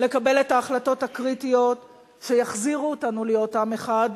לקבל את ההחלטות הקריטיות שיחזירו אותנו להיות עם אחד,